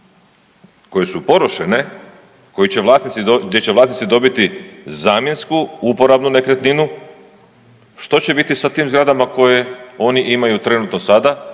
koje su porušene, gdje će vlasnici dobiti zamjensku uporabnu nekretninu, što će biti sa tim zgradama koje oni imaju trenutno sada